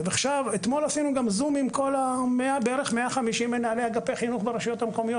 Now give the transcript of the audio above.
אתמול עשינו גם זום עם בערך 150 מנהלי אגפי חינוך ברשויות המקומיות.